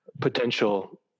potential